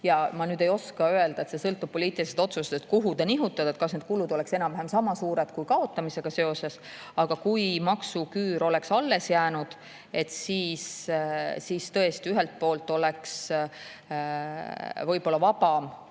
Ma nüüd ei oska öelda, see sõltub poliitilistest otsustest, kuhu see nihutada, kas need kulud oleks enam-vähem sama suured kui kaotamisega seotud [kulud]. Kui maksuküür oleks alles jäänud, siis tõesti, ühelt poolt oleks võib-olla vabam